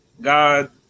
God